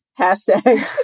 Hashtag